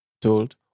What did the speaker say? told